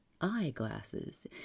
Eyeglasses